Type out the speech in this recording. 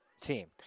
team